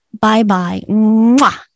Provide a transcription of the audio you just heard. Bye-bye